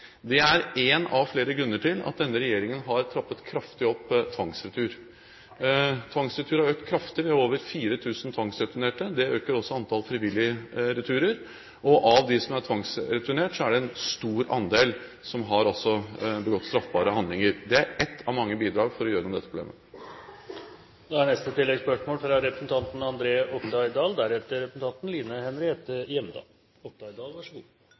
Det er én av flere grunner til at denne regjeringen har trappet kraftig opp tvangsretur. Tvangsretur har økt kraftig, med over 4 000 tvangsreturnerte. Det øker også antallet frivillige returer. Av dem som er tvangsreturnert, er det en stor andel som har begått straffbare handlinger. Det er ett av mange bidrag for å gjøre noe med dette problemet. André Oktay Dahl – til oppfølgingsspørsmål. Å voldta noen er